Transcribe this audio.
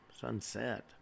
sunset